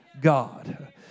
God